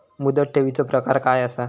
मुदत ठेवीचो प्रकार काय असा?